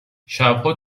شبها